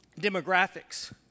demographics